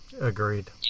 Agreed